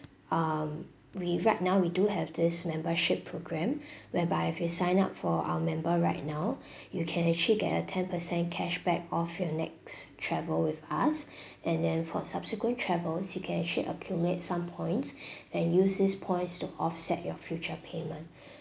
um we right now we do have this membership programme whereby if you sign up for our member right now you can actually get a ten percent cashback of your next travel with us and then for subsequent travels you can actually accumulate some points and use this points to offset your future payment